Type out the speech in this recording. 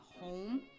home